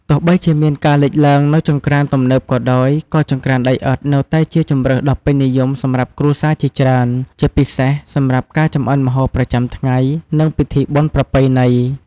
ទោះបីជាមានការលេចឡើងនូវចង្ក្រានទំនើបក៏ដោយ ក៏ចង្ក្រានដីឥដ្ឋនៅតែជាជម្រើសដ៏ពេញនិយមសម្រាប់គ្រួសារជាច្រើន ជាពិសេសសម្រាប់ការចម្អិនម្ហូបប្រចាំថ្ងៃ និងពិធីបុណ្យប្រពៃណី។